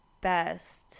best